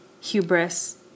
hubris